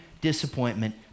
disappointment